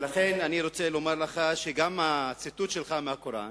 אני רוצה לומר לך שגם הציטוט שלך מהקוראן